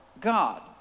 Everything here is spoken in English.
God